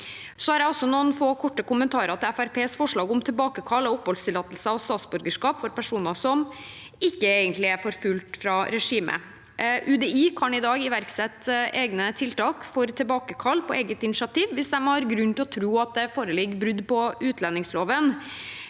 Så har jeg noen få, korte kommentarer til Fremskrittspartiets forslag om tilbakekall av oppholdstillatelse og statsborgerskap for personer som ikke egentlig er forfulgt av regimet. UDI kan i dag iverksette tiltak for tilbakekall på eget initiativ hvis de har grunn til å tro at det foreligger brudd på utlendingsloven.